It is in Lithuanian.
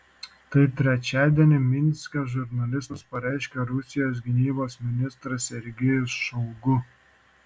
tai trečiadienį minske žurnalistams pareiškė rusijos gynybos ministras sergejus šoigu